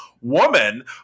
woman